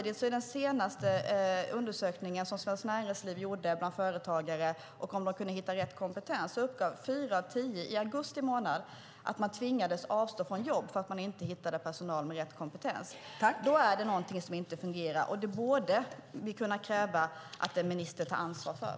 I den senaste undersökning som Svenskt Näringsliv gjorde bland företagare, med frågan om dessa kunde hitta rätt kompetens, uppgav samtidigt fyra av tio i augusti månad att man tvingades avstå från att anställa för att man inte hittade personal med rätt kompetens. Då är det någonting som inte fungerar, och det borde vi kunna kräva att en minister tar ansvar för.